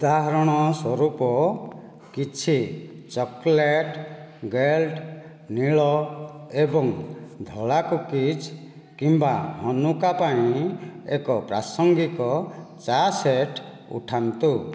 ଉଦାହରଣ ସ୍ୱରୂପ କିଛି ଚକୋଲେଟ୍ ଗେଲ୍ଟ୍ ନୀଳ ଏବଂ ଧଳା କୁକିଜ୍ କିମ୍ବା ହନୁକା ପାଇଁ ଏକ ପ୍ରାସଙ୍ଗିକ ଚା ସେଟ୍ ଉଠାନ୍ତୁ